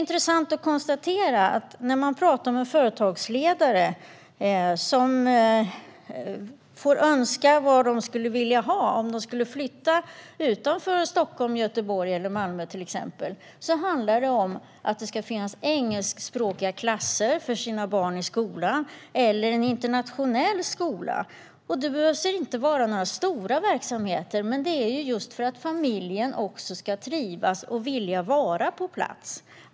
När jag pratar med företagsledare och de får säga vad de skulle vilja ha om de flyttade ut från till exempel Stockholm, Göteborg eller Malmö är det intressant att konstatera att det handlar om att det ska finnas engelskspråkiga klasser för barnen, eller en internationell skola. Det behöver inte vara några stora verksamheter, men det är just för att familjen också ska trivas och vilja vara på plats.